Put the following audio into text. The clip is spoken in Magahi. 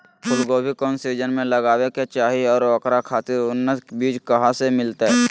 फूलगोभी कौन सीजन में लगावे के चाही और ओकरा खातिर उन्नत बिज कहा से मिलते?